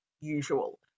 usual